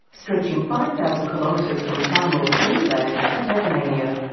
stretching five thousand kilometres from far um north queensland to tasmania,